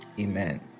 Amen